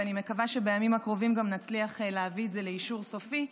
ואני מקווה שבימים הקרובים גם נצליח להביא את זה לאישור סופי,